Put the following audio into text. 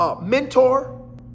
mentor